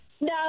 no